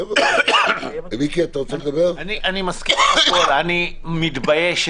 אני מתבייש.